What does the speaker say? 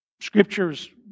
scripture's